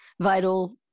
vital